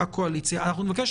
אתם יכולים לראות כאן.